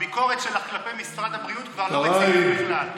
הביקורת שלך כלפי משרד הבריאות כבר לא מציאותית בכלל.